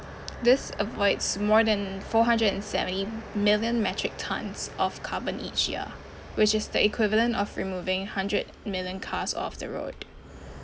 this avoids more than four hundred and seventy million metric tons of carbon each year which is the equivalent of removing hundred million cars off the road